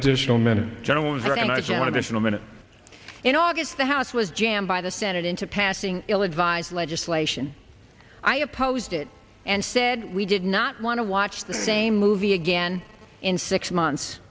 gentleman in august the house was jammed by the senate into passing ill advised legislation i opposed it and said we did not want to watch the same movie again in six months